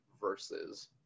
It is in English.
versus